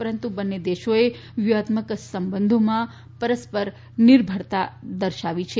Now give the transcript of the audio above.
પરંતુ બંને દેશોએ વ્યુહાત્મક સંબંધોમાં પરસ્પર નિર્ભરતા દર્શાવી છે